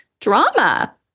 drama